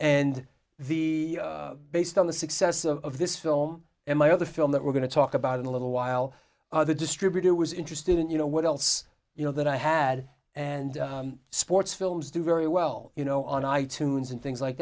and the based on the success of this film and my other film that we're going to talk about in a little while other distributor was interested in you know what else you know that i had and sports films do very well you know on i tunes and things like